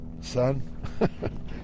son